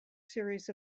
series